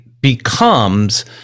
becomes